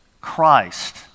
Christ